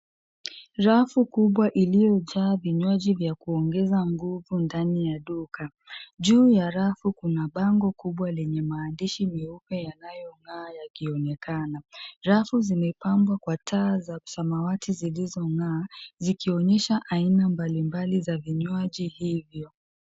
Rafu kubwa iliyojaa vinywaji vya kuongeza nguvu ndani ya duka. Juu ya rafu kuna bango kubwa lenye maandishi meupe yanayong'aa yakionekana. Rafu zimepambwa kwa taa za samawati zilizong'aa, zikionyesha aina mbalimbali za vinywaji hivyo.